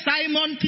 Simon